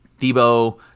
Debo